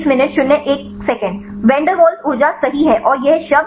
van der Waals ऊर्जा सही है और यह शब्द